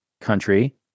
country